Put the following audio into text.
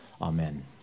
Amen